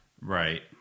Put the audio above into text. Right